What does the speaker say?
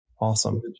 Awesome